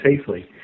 safely